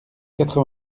quatre